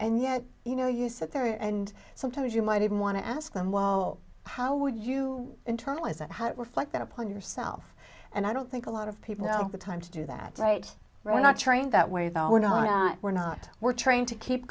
and yet you know you sit there and sometimes you might even want to ask them well how would you internalize that how to reflect upon yourself and i don't think a lot of people know the time to do that right we're not trained that way though we're not we're not we're trained to keep